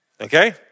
Okay